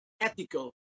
ethical